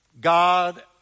God